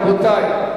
רבותי,